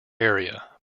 area